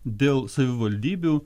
dėl savivaldybių